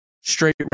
straight